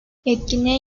etkinliğe